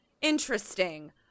interesting